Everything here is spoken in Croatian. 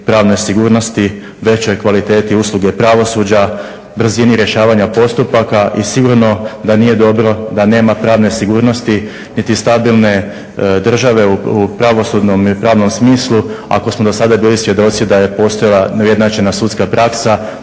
pravnoj sigurnosti, većoj kvaliteti usluge pravosuđa, brzini rješavanja postupaka i sigurno da nije dobro da nema pravne sigurnosti niti stabilne države u pravosudnom i pravnom smislu ako smo do sada bili svjedoci da je postojala neujednačena sudska praksa,